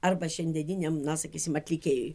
arba šiandieniniam na sakysim atlikėjui